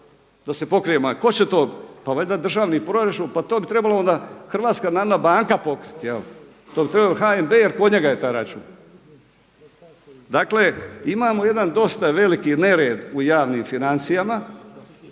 da se pokrije manjak. Tko će to? Pa valjda državni proračun, pa to bi trebalo onda, HNB-a pokriti, to bi trebao HNB jer kod njega je taj račun. Dakle imamo jedan dosta veliki nered u javnim financijama